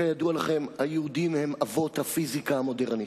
כידוע לכם, היהודים הם אבות הפיזיקה המודרנית.